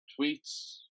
tweets